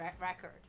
record